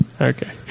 okay